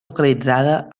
localitzada